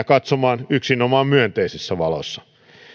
katsomaan cetaa yksinomaan lähinnä myönteisessä valossa